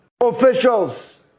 officials